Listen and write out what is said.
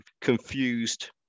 confused